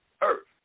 earth